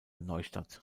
neustadt